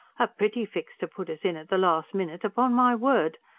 a pretty fix to put us in at the last minute, upon my word!